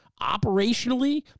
operationally